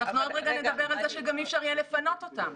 אנחנו עוד רגע נדבר על זה שגם אי אפשר יהיה לפנות אותם.